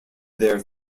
their